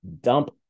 dump